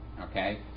Okay